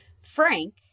Frank